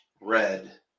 Red